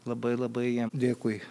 labai labai jam dėkui